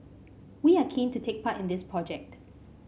we are keen to take part in this project